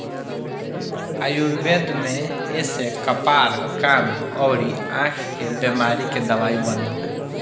आयुर्वेद में एसे कपार, कान अउरी आंख के बेमारी के दवाई बनेला